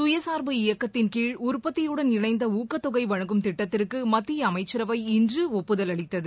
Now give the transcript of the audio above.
சுயசார்பு இயக்கத்தின்கீழ் உற்பத்தியுடன் இணைந்தஊக்கத்தொகைவழங்கும் திட்டத்திற்குமத்தியஅமைச்சரவை இன்றுஒப்புதல் அளித்தது